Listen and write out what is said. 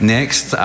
Next